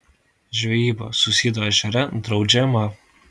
žvejyba susiedo ežere draudžiama